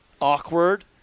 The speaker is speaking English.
awkward